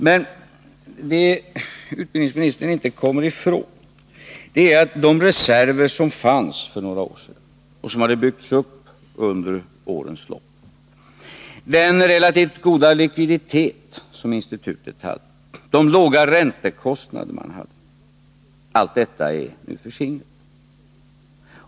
Men det utbildningsministern inte kommer ifrån är att de reserver som fanns för några år sedan och som hade byggts upp under årens lopp — den relativt goda likviditet som institutet hade, de låga räntekostnaderna — allt detta är nu förskingrat.